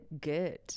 good